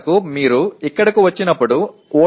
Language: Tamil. எடுத்துக்காட்டாக நீங்கள் இங்கு வரும்போது இந்த வி